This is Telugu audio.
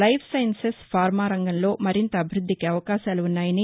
ల్రెఫ్ సైన్సెస్ ఫార్మా రంగంలో మరింత అభివృద్దికి అవకాశాలు ఉన్నాయని